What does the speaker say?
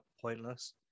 pointless